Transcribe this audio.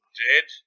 dead